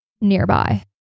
nearby